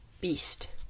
Beast